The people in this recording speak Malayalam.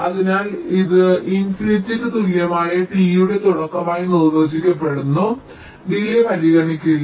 അതിനാൽ ഇത് ഇൻഫിനിറ്റിക് തുല്യമായ t യുടെ തുടക്കമായി നിർവചിക്കപ്പെടുന്നു അതിനാൽ ഡിലേയ് പരിഗണിക്കില്ല